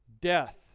Death